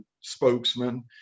spokesman